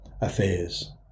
affairs